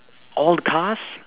all the cars